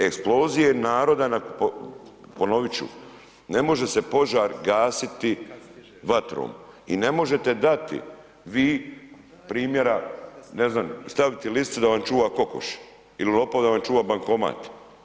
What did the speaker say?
Eksplozije naroda, ponovit ću, ne može se požar gasiti vatrom i ne možete dati vi primjera ne znam, staviti lisicu da vam čuva kokoš ili lopova da vam čuva bankomat.